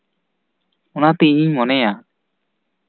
ᱚᱱᱟᱛᱮ ᱤᱧᱤᱧ ᱢᱚᱱᱮᱭᱟ